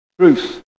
truth